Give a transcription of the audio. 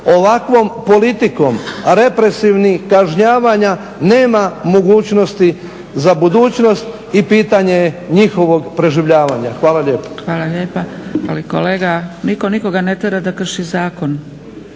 ovakvom politikom represivnih kažnjavanja nema mogućnosti za budućnost i pitanje je njihovog preživljavanja. Hvala lijepo. **Zgrebec, Dragica (SDP)** Hvala lijepa. Ali kolega, nitko nikoga ne tjera da krši zakon.